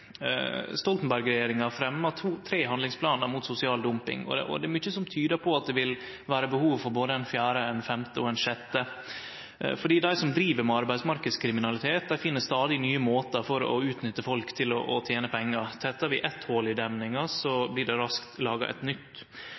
fremma tre handlingsplanar mot sosial dumping, og det er mykje som tyder på at det vil vere behov for både ein fjerde, ein femte og ein sjette, fordi dei som driv med arbeidsmarknadskriminalitet, finn stadig nye måtar å utnytte folk på for å tene pengar. Tettar vi eitt hol i demninga, blir det raskt laga eit nytt.